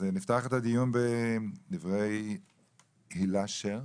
נפתח את הדיון עם הילה שר,